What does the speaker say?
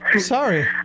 Sorry